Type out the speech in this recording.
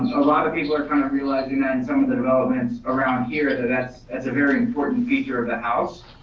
a lot of people are kind of realizing that and some of the developments around here that that's a very important feature of the house.